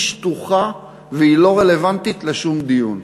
היא שטוחה והיא לא רלוונטית לשום דיון.